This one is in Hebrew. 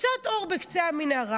קצת אור בקצה המנהרה,